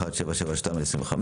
1772/25,